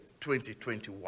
2021